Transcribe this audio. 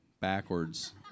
backwards